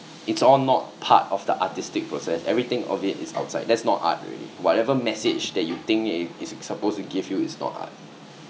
it's all not part of the artistic process everything of it is outside that's not art already whatever message that you think it its supposed to give you is not art